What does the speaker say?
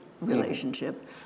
relationship